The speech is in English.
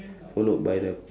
followed by the